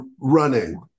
running